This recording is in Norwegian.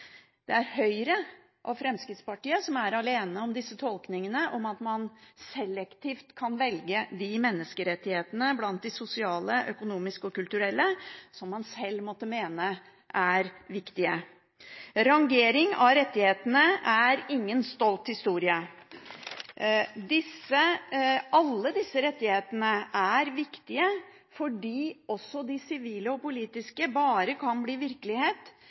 Det er Høyre og Fremskrittspartiet som er alene om tolkningene om at man selektivt kan velge de menneskerettighetene som man sjøl måtte mene er viktige blant de sosiale, økonomiske og kulturelle rettighetene. Rangering av rettighetene er ingen stolt historie. Alle disse rettighetene er viktige fordi de sivile og politiske bare kan bli virkelighet